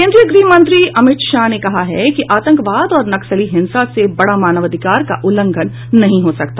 केंद्रीय गृह मंत्री अमित शाह ने कहा है कि आतंकवाद और नक्सली हिंसा से बड़ा मानवाधिकार का उल्लघंन नहीं हो सकता